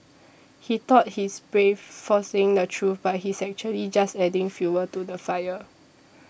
he thought he's brave for saying the truth but he's actually just adding fuel to the fire